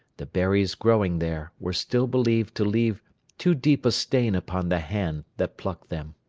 the berries growing there, were still believed to leave too deep a stain upon the hand that plucked them.